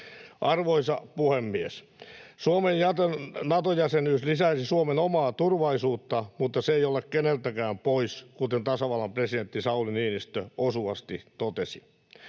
Arvoisa puhemies! Suomen Nato-jäsenyys lisäisi Suomen omaa turvallisuutta, mutta se ei ole keneltäkään pois, kuten tasavallan presidentti Sauli Niinistö osuvasti totesi.